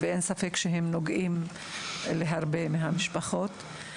אין ספק שהם נוגעים להרבה משפחות.